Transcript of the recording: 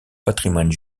patrimoine